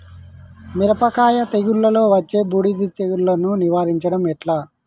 మిరపకాయ తెగుళ్లలో వచ్చే బూడిది తెగుళ్లను నివారించడం ఎట్లా?